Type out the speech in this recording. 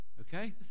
Okay